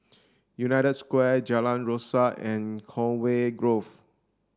United Square Jalan Rasok and Conway Grove